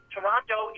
Toronto